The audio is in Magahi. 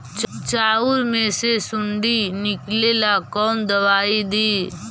चाउर में से सुंडी निकले ला कौन दवाई दी?